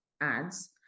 ads